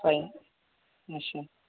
تۄہہِ اچھا